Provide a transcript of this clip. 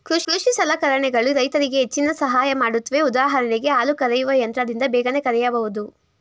ಕೃಷಿ ಸಲಕರಣೆಗಳು ರೈತರಿಗೆ ಹೆಚ್ಚಿನ ಸಹಾಯ ಮಾಡುತ್ವೆ ಉದಾಹರಣೆಗೆ ಹಾಲು ಕರೆಯುವ ಯಂತ್ರದಿಂದ ಬೇಗನೆ ಕರೆಯಬೋದು